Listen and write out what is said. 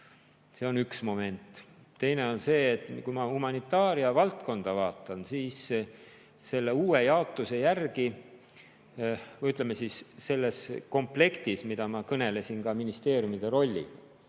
See on üks moment. Teine on see, et kui ma humanitaaria valdkonda vaatan, siis selle uue jaotuse järgi või, ütleme siis, selles komplektis, millest ma kõnelesin ministeeriumide rollist